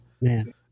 man